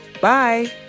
Bye